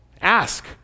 Ask